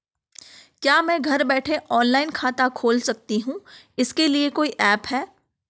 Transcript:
क्या मैं घर बैठे ऑनलाइन खाता खोल सकती हूँ इसके लिए कोई ऐप है?